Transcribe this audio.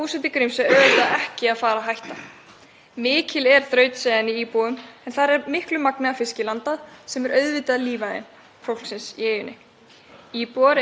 Íbúar eru um 20–60 árið um kring og hefur Grímsey ekki farið á mis við fjölgun ferðamanna til landsins en til eyjunnar vilja ferðamenn komast allt árið um kring.